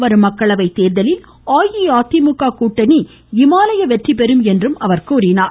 வரும் மக்களவை தேர்தலில் அஇஅதிமுக கூட்டணி இமாலய வெற்றிபெறும் என்றும் அவர் தெரிவித்தார்